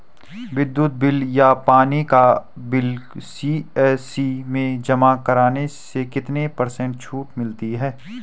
विद्युत बिल या पानी का बिल सी.एस.सी में जमा करने से कितने पर्सेंट छूट मिलती है?